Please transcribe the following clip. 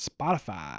spotify